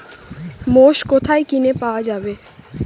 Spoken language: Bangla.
মোষ কোথায় কিনে পাওয়া যাবে?